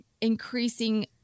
increasing